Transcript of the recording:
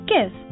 Give